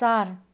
चार